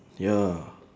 ya